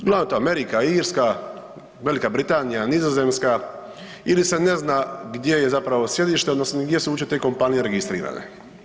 Bilo to Amerika, Irska, V. Britanija, Nizozemska ili se ne zna gdje je zapravo sjedište odnosno gdje su uopće te kompanije registrirane.